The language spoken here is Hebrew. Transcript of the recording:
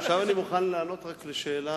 עכשיו אני מוכן לענות על השאלה.